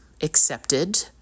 accepted